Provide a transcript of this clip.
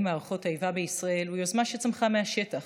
מערכות האיבה בישראל הוא יוזמה שצמחה מהשטח,